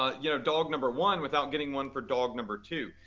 you know, dog number one without getting one for dog number two.